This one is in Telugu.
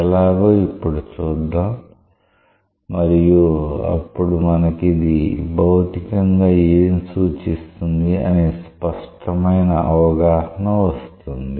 ఎలాగో ఇప్పుడు చూద్దాం మరియు అప్పుడు మనకి ఇది భౌతికంగా ఏం సూచిస్తుంది అనే స్పష్టమైన అవగాహన వస్తుంది